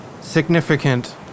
significant